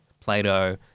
Plato